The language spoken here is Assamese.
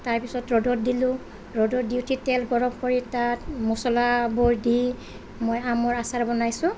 তাৰপিছত ৰ'দত দিলোঁ ৰ'দত দি উঠি তেল গৰম কৰি তাত মছলাবোৰ দি মই আমৰ আচাৰ বনাইছোঁ